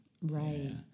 Right